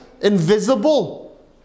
invisible